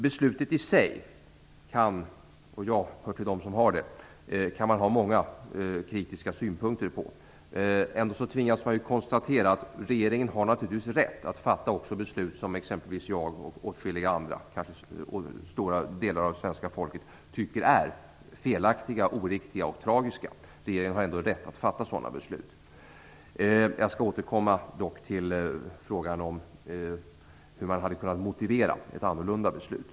Beslutet i sig kan man ha många kritiska synpunkter på, och jag hör till dem som har det. Ändå tvingas man ju konstatera att regeringen naturligtvis har rätt att också fatta beslut som exempelvis jag och åtskilliga andra - stora delar av svenska folket - tycker är felaktiga, oriktiga och tragiska. Regeringen har ändå rätt att fatta sådana beslut. Jag skall dock återkomma till frågan om hur man hade kunnat motivera ett annorlunda beslut.